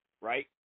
right